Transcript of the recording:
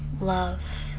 love